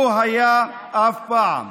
לא היה אף פעם.